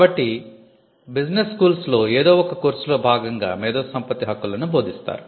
కాబట్టి B schools లో ఏదో ఒక కోర్స్ లో భాగంగా మేధో సంపత్తి హక్కులను బోధిస్తారు